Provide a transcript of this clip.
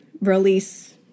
release